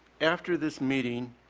after this meeting,